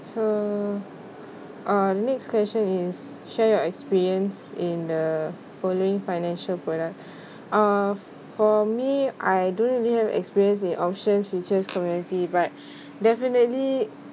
so uh next question is share your experience in the following financial products uh for me I don't really have experience in option futures commodity but definitely